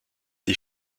die